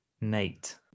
Nate